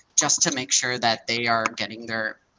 just to make sure that they are getting their,